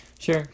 Sure